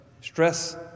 stress